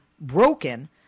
broken